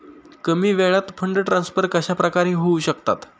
कमी वेळात fund transfer कशाप्रकारे होऊ शकतात?